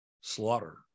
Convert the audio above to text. slaughter